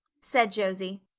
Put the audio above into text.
said josie,